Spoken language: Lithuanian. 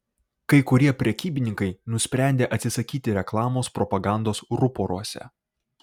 kai kurie prekybininkai nusprendė atsisakyti reklamos propagandos ruporuose